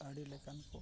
ᱟᱹᱰᱤ ᱞᱮᱠᱟᱱ ᱠᱚ